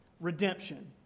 Redemption